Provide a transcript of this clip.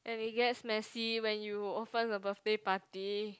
and it gets messy when you open a birthday party